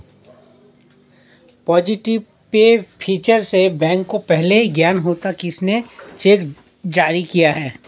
positive pay feature से bank को पहले ज्ञात होगा किसने चेक जारी किया है